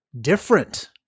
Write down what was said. different